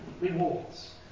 rewards